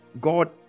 god